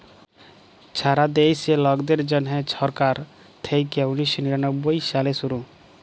ছারা দ্যাশে লকদের জ্যনহে ছরকার থ্যাইকে উনিশ শ নিরানব্বই সালে শুরু